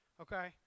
okay